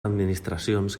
administracions